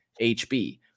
HB